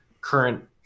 current